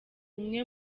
umwe